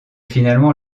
finalement